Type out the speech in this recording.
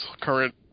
current